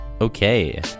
okay